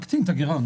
מקטין את הגירעון.